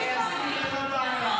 אופק חדש, לא ללמד ליבה, הסללה לבערות.